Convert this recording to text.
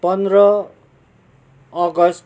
पन्ध्र अगस्ट